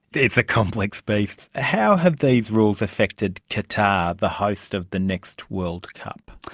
it's a complex beast. how have these rules affected qatar, the host of the next world cup?